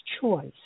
choice